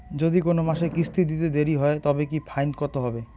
যদি কোন মাসে কিস্তি দিতে দেরি হয় তবে কি ফাইন কতহবে?